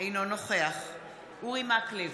אינו נוכח אורי מקלב,